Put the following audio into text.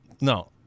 no